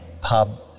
pub